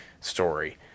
story